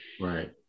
Right